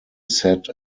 set